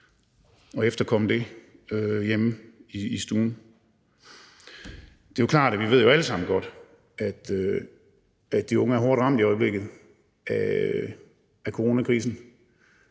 at efterkomme hjemme i stuen. Det er klart, at vi jo alle sammen godt ved, at de unge er hårdt ramt i øjeblikket af coronakrisen.